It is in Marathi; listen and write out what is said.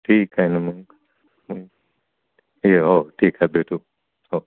ठीकय नां मंग ये हो ठीक आहे भेटू हो